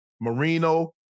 Marino